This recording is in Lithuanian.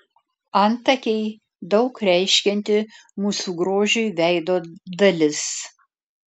antakiai daug reiškianti mūsų grožiui veido dalis